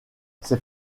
ses